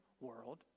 world